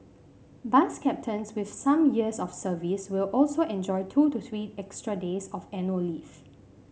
bus captains with some years of service will also enjoy two to three extra days of annual leave